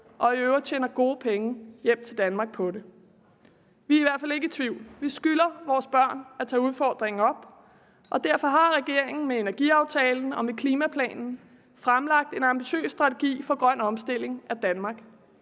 og i øvrigt tjener gode penge hjem til Danmark på det? Vi er i hvert fald ikke i tvivl: Vi skylder vores børn at tage udfordringen op, og derfor har regeringen med energiaftalen og klimaplanen fremlagt en ambitiøs strategi for grøn omstilling af Danmark,